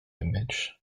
image